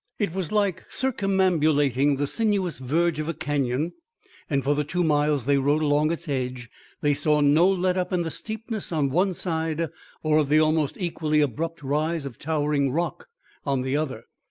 it was like circumambulating the sinuous verge of a canyon and for the two miles they rode along its edge they saw no let-up in the steepness on one side or of the almost equally abrupt rise of towering rock on the other.